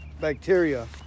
bacteria